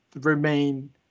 remain